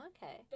Okay